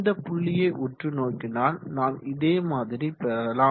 இந்த புள்ளியை உற்று நோக்கினால் நான் இதேமாதிரி பெறலாம்